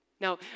Now